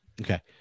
Okay